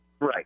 Right